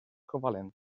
covalent